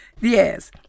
Yes